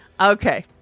Okay